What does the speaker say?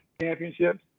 championships